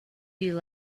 you